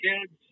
kids